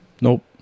nope